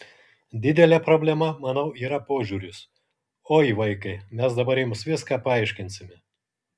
didelė problema manau yra požiūris oi vaikai mes dabar jums viską paaiškinsime